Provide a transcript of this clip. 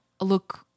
look